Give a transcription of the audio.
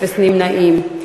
אין נמנעים.